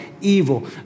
evil